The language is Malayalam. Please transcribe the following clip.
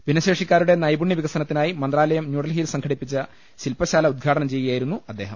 ഭിന്നശേ ഷിക്കാരുടെ നൈപുണ്യ വിക സ നത്തി നായി മന്ത്രാലയം ന്യൂഡൽഹിയിൽ സംഘടിപ്പിച്ച ശില്പശാല ഉദ്ഘാടനം ചെയ്യു കയായിരുന്നു അദ്ദേഹം